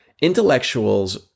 intellectuals